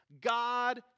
God